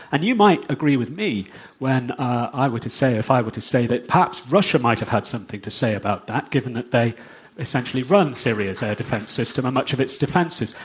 and you might agree with me when i were to say if i were to say that perhaps russia might have had something to say about that, given that they essentially run syria's air defense system and much of its defenses.